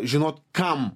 žinot kam